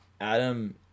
adam